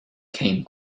came